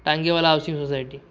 Tangewala housing society